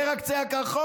זה רק קצה הקרחון,